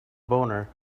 boner